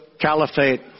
caliphate